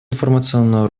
информационную